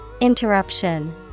Interruption